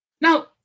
Now